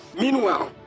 Meanwhile